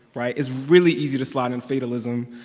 right? it's really easy to slide in fatalism.